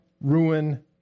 ruin